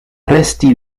resti